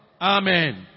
Amen